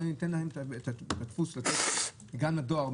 לתת את הדפוס גם לדואר,